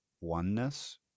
oneness